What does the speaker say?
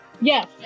Yes